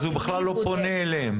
אז הוא בכלל לא פונה אליהם.